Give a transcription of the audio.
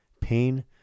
pain